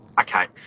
Okay